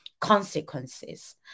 consequences